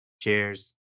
Cheers